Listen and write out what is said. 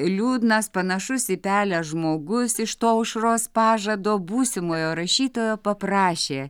liūdnas panašus į pelę žmogus iš to aušros pažado būsimojo rašytojo paprašė